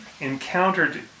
encountered